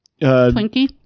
Twinkie